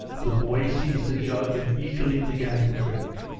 the boy seized the jug and eagerly began to drink.